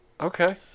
Okay